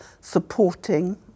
supporting